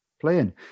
playing